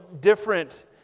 different